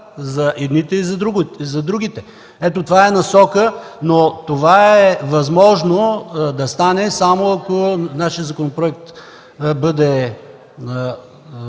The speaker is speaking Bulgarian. за едните и за другите. Това е насока, но е възможно да стане само, ако нашият законопроект бъде